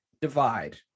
divide